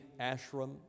ashram